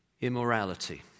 immorality